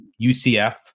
UCF